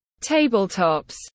tabletops